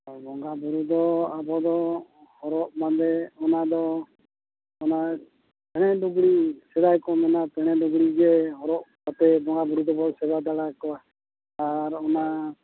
ᱦᱳᱭ ᱵᱚᱸᱜᱟ ᱵᱩᱨᱩ ᱫᱚ ᱟᱵᱚ ᱫᱚ ᱦᱚᱨᱚᱜ ᱵᱟᱸᱫᱮ ᱚᱱᱚᱫᱚ ᱚᱱᱟ ᱯᱮᱬᱮ ᱞᱩᱜᱽᱲᱤᱡ ᱥᱮᱫᱟᱭ ᱠᱷᱚᱱ ᱢᱮᱱᱟᱜᱼᱟ ᱯᱮᱬᱮ ᱞᱩᱜᱽᱲᱤᱡ ᱜᱮ ᱦᱚᱨᱚᱜ ᱠᱟᱛᱮᱫ ᱵᱚᱸᱜᱟ ᱵᱩᱨᱩ ᱫᱚᱵᱚ ᱥᱮᱵᱟ ᱵᱟᱲᱟ ᱠᱚᱣᱟ ᱟᱨ ᱚᱱᱟ